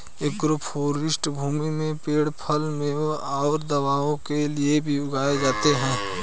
agroforestry भूमि में पेड़ फल, मेवों और दवाओं के लिए भी उगाए जाते है